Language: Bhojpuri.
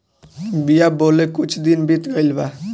बिया बोवले कुछ दिन बीत गइल बा